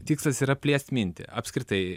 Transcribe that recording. tikslas yra plėst mintį apskritai